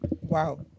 Wow